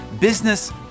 Business